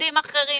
במוקדים אחרים,